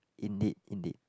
indeed indeed